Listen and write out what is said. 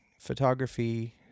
photography